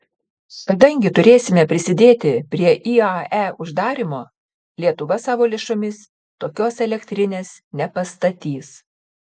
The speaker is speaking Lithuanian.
kadangi turėsime prisidėti prie iae uždarymo lietuva savo lėšomis tokios elektrinės nepastatys